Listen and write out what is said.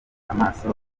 amaso